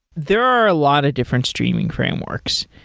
there are a lot of different streaming frameworks.